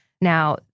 now